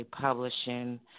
Publishing